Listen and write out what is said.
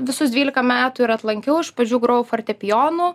visus dvylika metų ir atlankiau iš pradžių grojau fortepijonu